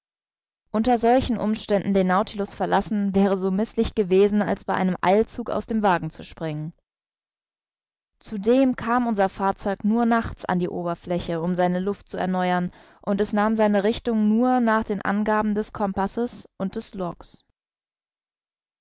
unter solchen umständen den nautilus verlassen wäre so mißlich gewesen als bei einem eilzug aus dem wagen zu springen zudem kam unser fahrzeug nur nachts an die oberfläche um seine luft zu erneuern und es nahm seine richtung nur nach den angaben des compasses und des logs